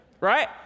Right